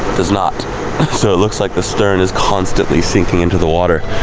does not. so it looks like the stern is constantly sinking into the water.